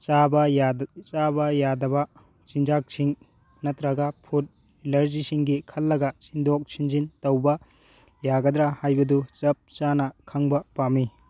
ꯆꯥꯕ ꯌꯥꯗꯕ ꯆꯤꯟꯖꯥꯛꯁꯤꯡ ꯅꯠꯇ꯭ꯔꯒ ꯐꯨꯠ ꯑꯦꯂꯥꯔꯖꯤꯁꯤꯡꯒꯤ ꯈꯜꯂꯒ ꯁꯤꯟꯗꯣꯛ ꯁꯤꯟꯖꯤꯟ ꯇꯧꯕ ꯌꯥꯒꯗ꯭ꯔ ꯍꯥꯏꯕꯗꯨ ꯆꯞ ꯆꯥꯅ ꯈꯪꯕ ꯄꯥꯝꯃꯤ